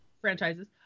franchises